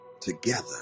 together